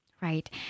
Right